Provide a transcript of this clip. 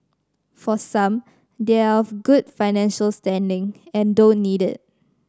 for some they are of a good financial standing and they don't need it